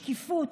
שקיפות.